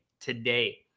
today